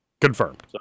Confirmed